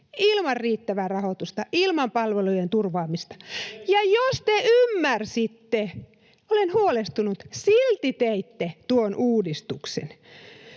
ilman riittävää rahoitusta, ilman palvelujen turvaamista? [Antti Kurvisen välihuuto] Jos te ymmärsitte, olen huolestunut, että silti teitte tuon uudistuksen.